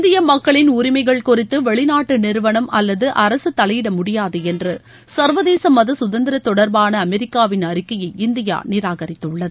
இந்திய மக்களின் உரிமைகள் குறித்து வெளிநாட்டு நிறுவனம் அல்லது அரசு தலையிடமுடியாது என்று சர்வதேச மத கதந்திரம் தொடர்பான அமெரிக்காவின் அறிக்கையை இந்தியா நிராகரித்துள்ளது